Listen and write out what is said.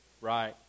Right